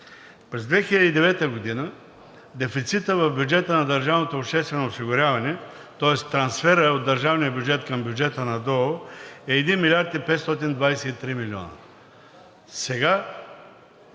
През 2009 г. дефицитът в бюджета на държавното обществено осигуряване, тоест трансферът от държавния бюджет към бюджета на ДОО е 1 млрд. 523 милиона.